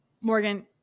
Morgan